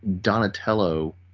Donatello